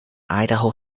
idaho